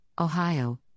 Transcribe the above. Ohio